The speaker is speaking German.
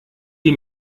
die